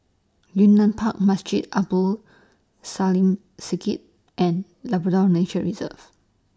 Yunnan Park Masjid Abdul and Nature Reserve